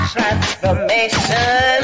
Transformation